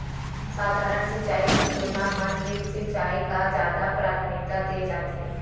सधारन सिंचाई के तुलना मा ड्रिप सिंचाई का जादा प्राथमिकता दे जाथे